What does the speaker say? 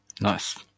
Nice